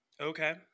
Okay